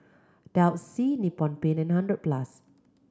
Delsey Nippon Paint and Hundred Plus